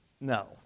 no